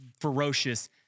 ferocious